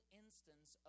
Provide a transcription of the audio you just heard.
instance